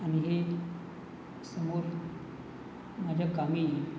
आणि हे समोर माझ्या कामी येईल